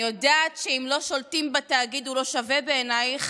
אני יודעת שאם לא שולטים בתאגיד הוא לא שווה בעינייך,